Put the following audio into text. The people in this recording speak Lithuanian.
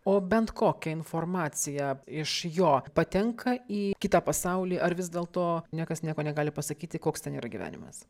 o bent kokią informaciją iš jo patenka į kitą pasaulį ar vis dėl to niekas nieko negali pasakyti koks ten yra gyvenimas